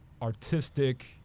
Artistic